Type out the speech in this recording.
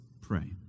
pray